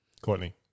Courtney